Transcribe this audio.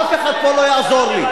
אף אחד פה לא יעזור לי.